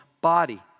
body